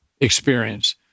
experience